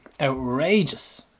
outrageous